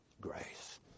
grace